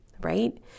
right